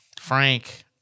Frank